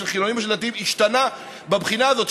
של חילונים או של דתיים השתנה בבחינה הזאת.